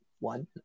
One